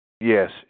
Yes